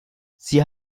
sie